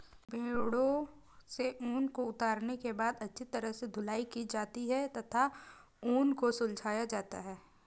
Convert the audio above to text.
भेड़ों से ऊन को उतारने के बाद अच्छी तरह से धुलाई की जाती है तथा ऊन को सुलझाया जाता है